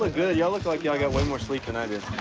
ah good, ya'll look like ya'll got way more sleep than i did.